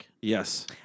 Yes